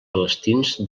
palestins